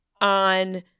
on